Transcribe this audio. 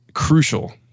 crucial